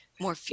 more